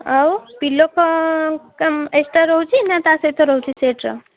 ଆଉ ପିଲୋ କ'ଣ ଏକ୍ସଟ୍ରା ରହୁଛି ନା ତା'ସହିତ ରହୁଛି ସେଟ୍ର